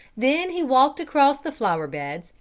then he walked across the flower beds,